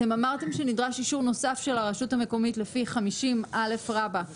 אתם אמרתם שנדרש אישור נוסף של הרשות המקומית לפי 50א(ג).